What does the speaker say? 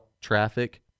traffic